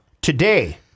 today